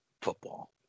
football